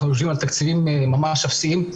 אנחנו יושבים על תקציבים ממש אפסיים,